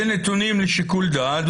שנתונים לשיקול דעת.